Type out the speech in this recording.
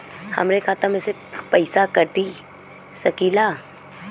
हमरे खाता में से पैसा कटा सकी ला?